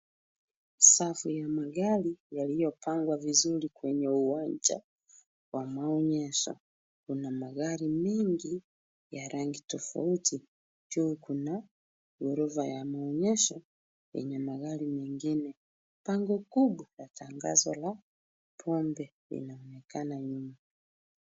Safu ya magari yaliyopangwa vizuri kwenye uwanja wa maonyesho kuna magari mingi ya rangi tofauti juu kuna ghorofa ya maonyesho yenye magari mengine. Bango kuu kuna tangazo la pombe linaonekana nyuma.